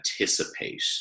anticipate